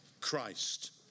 Christ